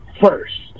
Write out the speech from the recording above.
first